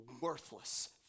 worthless